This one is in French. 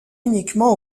uniquement